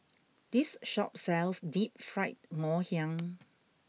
this shop sells deep fried Ngoh Hiang